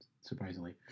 surprisingly